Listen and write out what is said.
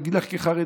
אני אגיד לך כחרדי.